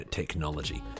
technology